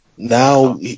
Now